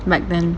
like then